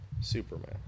Superman